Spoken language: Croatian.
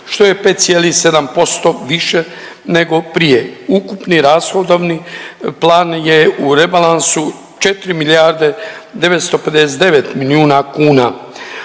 što je 5,7% više nego prije. Ukupni rashodovni plan je u rebalansu 4